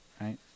right